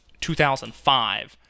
2005